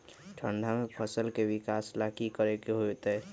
ठंडा में फसल के विकास ला की करे के होतै?